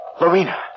Lorena